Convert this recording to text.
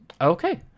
Okay